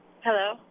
Hello